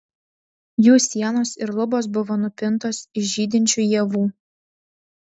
jų sienos ir lubos buvo nupintos iš žydinčių ievų